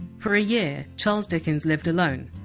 for a year, charles dickens lived alone,